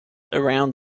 around